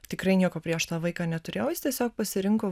tikrai nieko prieš tą vaiką neturėjau jis tiesiog pasirinko